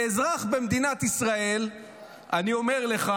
כאזרח במדינת ישראל אני אומר לך,